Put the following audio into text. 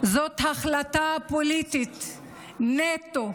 זאת החלטה פוליטית נטו,